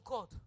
God